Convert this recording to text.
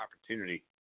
opportunity